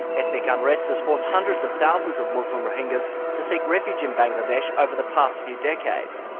ethnic unrest has forced hundreds of thousands of muslim rohingyas to seek refuge in bangladesh over the past few decades.